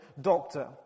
doctor